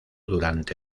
durante